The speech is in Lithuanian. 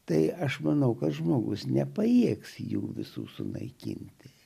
tai aš manau kad žmogus nepajėgs jų visų sunaikint